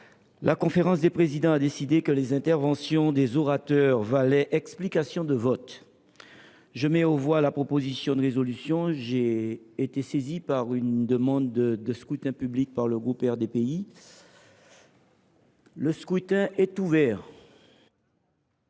la conférence des présidents a décidé que les interventions des orateurs valaient explication de vote. Je mets aux voix la proposition de résolution. J’ai été saisi d’une demande de scrutin public émanant du groupe Rassemblement des